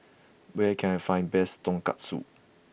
where can I find best Tonkatsu